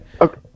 Okay